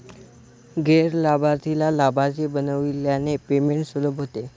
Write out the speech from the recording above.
गैर लाभार्थीला लाभार्थी बनविल्याने पेमेंट सुलभ होते